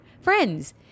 friends